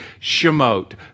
Shemot